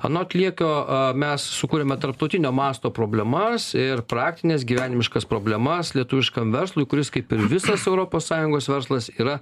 anot liekio a mes sukūrėme tarptautinio masto problemas ir praktines gyvenimiškas problemas lietuviškam verslui kuris kaip ir visos europos sąjungos verslas yra